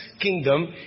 kingdom